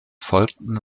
folgten